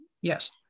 Yes